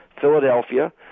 Philadelphia